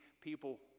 people